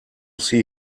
see